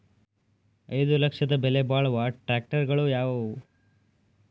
ಐದು ಲಕ್ಷದ ಬೆಲೆ ಬಾಳುವ ಟ್ರ್ಯಾಕ್ಟರಗಳು ಯಾವವು?